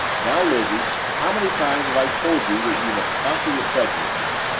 now, lizzie, how many times have i told you that you must conquer your prejudices?